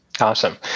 Awesome